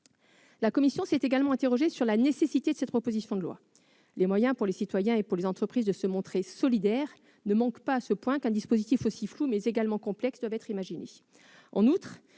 La commission s'est également interrogée sur la nécessité de cette proposition de loi. Les moyens pour les citoyens et pour les entreprises de se montrer solidaires ne manquent pas au point qu'un dispositif aussi flou que complexe doive être imaginé.